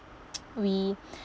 we